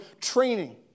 training